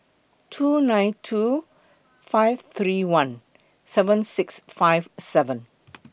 two nine two five three one seven six five seven